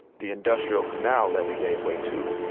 the industrial canal levee gave way, too.